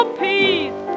peace